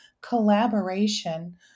collaboration